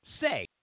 say